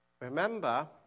Remember